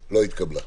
לא התקבלה.